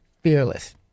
fearless